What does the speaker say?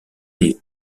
des